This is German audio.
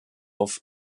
auf